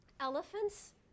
elephants